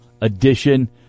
Edition